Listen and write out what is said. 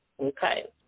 Okay